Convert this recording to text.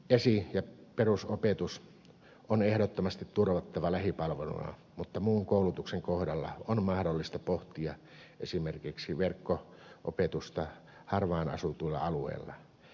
esi ja perusopetus on ehdottomasti turvattava lähipalveluna mutta muun koulutuksen kohdalla on mahdollista pohtia esimerkiksi verkko opetusta harvaanasutuilla alueilla